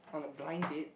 on applying it